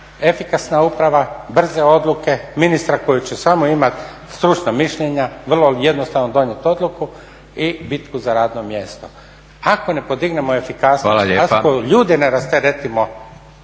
efikasna uprava, brze odluke, ministra koji će samo imati stručna mišljenja, vrlo jednostavno donijeti odluku i bitku za radno mjesto. Ako ne podignemo efikasnost, ako ljude ne rasteretimo